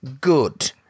good